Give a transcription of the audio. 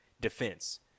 defense